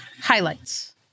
Highlights